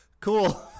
cool